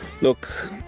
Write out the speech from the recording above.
Look